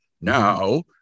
now